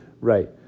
Right